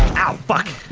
ow, fuck.